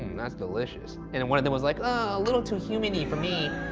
that's delicious. and then one of them was like, oh, a little too humany for me.